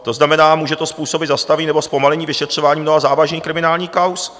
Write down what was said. To znamená, může to způsobit zastavení nebo zpomalení vyšetřování mnoha závažných kriminálních kauz.